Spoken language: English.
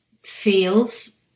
feels